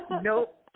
Nope